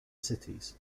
cities